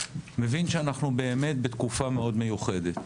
מבין שאנחנו באמת בתקופה מאוד מיוחדת.